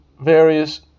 various